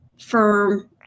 firm